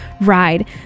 ride